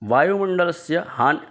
वायुमण्डलस्य हान्